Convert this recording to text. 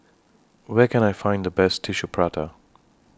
Where Can I Find The Best Tissue Prata